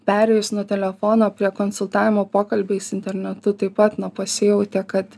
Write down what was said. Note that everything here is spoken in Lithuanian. perėjus nuo telefono prie konsultavimo pokalbiais internetu taip pat na pasijautė kad